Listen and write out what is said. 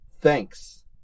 thanks